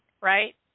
right